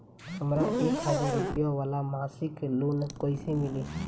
हमरा एक हज़ार रुपया वाला मासिक लोन कईसे मिली?